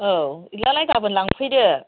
औ बिदिब्लालाय गाबोन लांफैदो